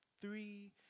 three